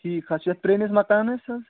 ٹھیٖک حظ چھِ یَتھ پرٛٲنِس مکان حظ